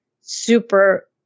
super